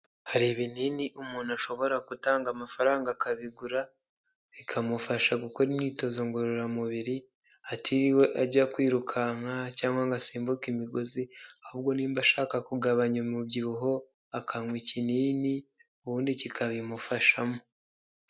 Hari ibinini umuntu ashobora gutanga amafaranga akabigura, bikamufasha gukora imyitozo ngororamubiri, atiriwe ajya kwirukanka cyangwa ngo asimbuke imigozi ahubwo nimba ashaka kugabanya umubyibuho akanywa ikinini, ubundi kikabimufashamo.